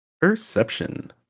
Perception